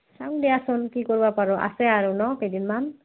চাও দিয়াচোন কি কৰিব পাৰোঁ আছে আৰু নহ্ কেইদিনমান